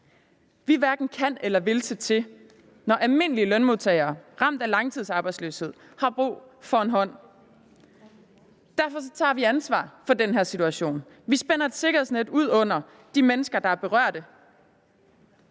Vi hverken kan eller vil se til, når almindelige lønmodtagere ramt af langtidsarbejdsløshed har brug for en hånd. Derfor tager vi ansvar for den her situation. Vi spænder et sikkerhedsnet ud under de mennesker, der er berørte,